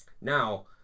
now